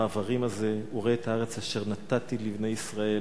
העברים הזה וראה את הארץ אשר נתתי לבני ישראל.